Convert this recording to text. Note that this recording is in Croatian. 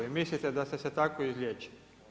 I mislite da ste se tako izliječili.